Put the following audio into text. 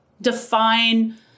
define